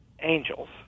angels